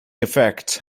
effect